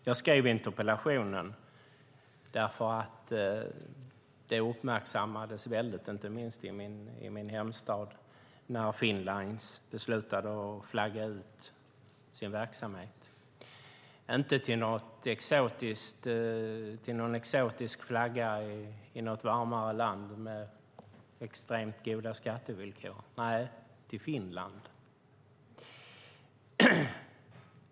Jag skrev interpellationen därför att det uppmärksammades mycket, inte minst i min hemstad, när Finnlines beslutade att flagga ut sin verksamhet, inte till något exotiskt och varmare land med extremt goda skattevillkor utan till Finland.